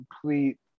complete